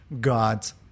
god's